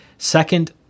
second